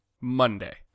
Monday